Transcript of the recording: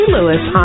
Lewis